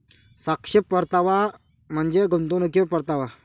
सापेक्ष परतावा म्हणजे गुंतवणुकीवर परतावा